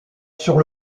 sur